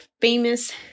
famous